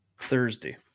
Thursday